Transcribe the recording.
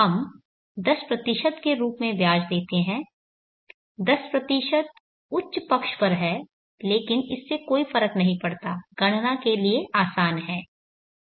हम 10 के रूप में ब्याज लेते हैं 10 उच्च पक्ष पर है लेकिन इससे कोई फर्क नहीं पड़ता गणना के लिए आसान है